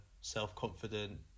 self-confident